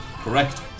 Correct